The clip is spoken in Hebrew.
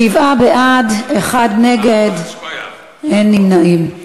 שבעה בעד, אחד נגד, אין נמנעים.